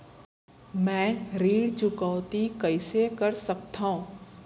मैं ऋण चुकौती कइसे कर सकथव?